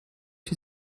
die